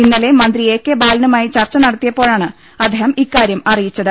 ഇന്നലെ മന്ത്രി A K ബാലനു മായി ചർച്ച നടത്തിയപ്പോഴാണ് അദ്ദേഹം ഇക്കാരൃം അറിയിച്ച ത്